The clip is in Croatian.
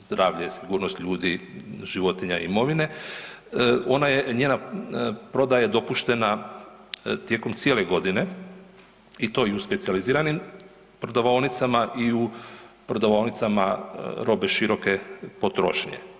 zdravlje i sigurnost ljudi, životinja i imovine, ona je, njena prodaja je dopuštana tijekom cijele godine i to i u specijaliziranim prodavaonicama i u prodavaonicama robe široke potrošnje.